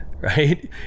right